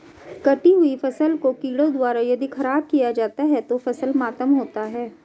कटी हुयी फसल को कीड़ों द्वारा यदि ख़राब किया जाता है तो फसल मातम होता है